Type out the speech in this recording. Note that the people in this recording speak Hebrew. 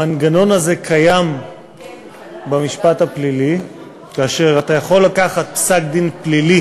המנגנון הזה קיים במשפט הפלילי: אתה יכול לקחת פסק-דין פלילי